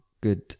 good